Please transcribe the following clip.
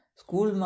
school